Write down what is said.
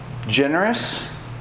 Generous